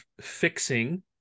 fixing